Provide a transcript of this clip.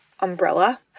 umbrella